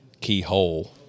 keyhole